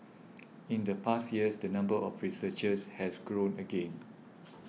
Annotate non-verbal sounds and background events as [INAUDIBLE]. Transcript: [NOISE] in the past years the number of researchers has grown again